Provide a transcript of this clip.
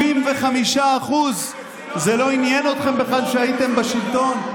--- 75% זה לא עניין אתכם בכלל כשהייתם בשלטון.